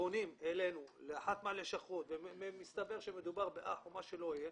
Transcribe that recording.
שפונים אלינו לאחת מהלשכות ומסתבר שמדובר באח או מה שלא יהיה,